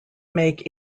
make